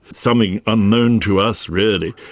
something unknown to us really.